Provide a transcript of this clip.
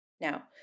Now